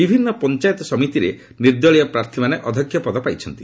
ବିଭିନ୍ନ ପଞ୍ଚାୟତ ସମିତିରେ ନିର୍ଦ୍ଦଳୀୟ ପ୍ରାର୍ଥୀମାନେ ଅଧ୍ୟକ୍ଷପଦ ପାଇଛନ୍ତି